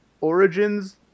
Origins